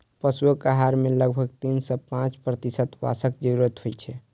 पशुक आहार मे लगभग तीन सं पांच प्रतिशत वसाक जरूरत होइ छै